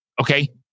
okay